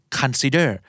consider